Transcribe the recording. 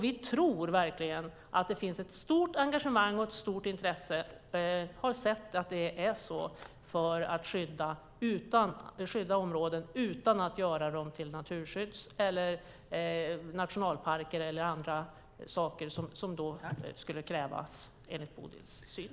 Vi tror verkligen att det finns ett stort engagemang och ett stort intresse - vi har sett att det är så - för att skydda områden utan att göra dem till naturskyddsområden, nationalparker eller något annat som skulle krävas enligt Bodil Ceballos syn.